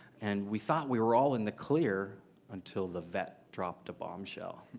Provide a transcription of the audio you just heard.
and we thought we were all in the clear until the vet dropped a bombshell. sj